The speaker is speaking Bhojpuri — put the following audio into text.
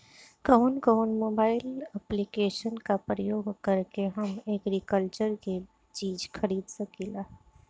कउन कउन मोबाइल ऐप्लिकेशन का प्रयोग करके हम एग्रीकल्चर के चिज खरीद सकिला?